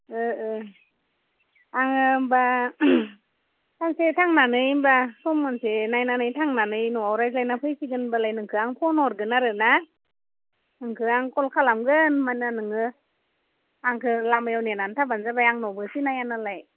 ओ ओ आङो होमब्ला सानसे थांनानै होमब्ला सम मोनसे नायनानै थांनानै न'आव रायज्लायना फैसिगोन होनब्लालाय नोंखो आं फन हरगोन आरोना नोंखो आं कल खालामगोन मानोना नोङो आंखो लामाया नेनानै थाब्लानो जाबाय आं न'बो सिनायानालाय